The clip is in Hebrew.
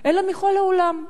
אלא מכל העולם: